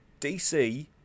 DC